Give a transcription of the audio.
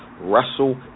Russell